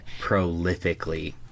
prolifically